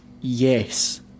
yes